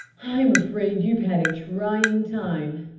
i'm afraid you've had a trying time,